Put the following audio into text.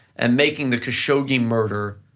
and making the khashoggi murder,